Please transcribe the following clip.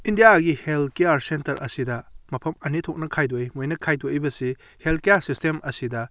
ꯏꯟꯗꯤꯌꯥꯒꯤ health care centre ꯑꯁꯤꯗ ꯃꯐꯝ ꯑꯅꯤ ꯊꯣꯛꯅ ꯈꯥꯏꯗꯣꯛꯏ ꯃꯣꯏꯅ ꯈꯥꯏꯗꯣꯛꯂꯤꯕꯁꯤ ꯍꯦꯜꯊ ꯀꯤꯌꯥꯔ ꯁꯤꯁꯇꯦꯝ ꯑꯁꯤꯗ